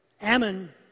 Ammon